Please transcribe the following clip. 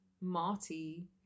Marty